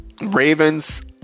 Ravens